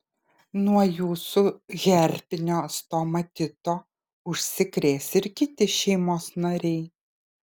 nuo jūsų herpinio stomatito užsikrės ir kiti šeimos nariai